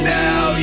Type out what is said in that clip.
now